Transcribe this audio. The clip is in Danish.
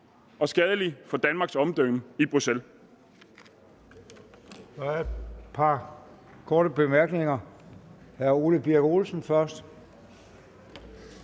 og skadelig for Danmarks omdømme i Bruxelles.